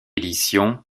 édition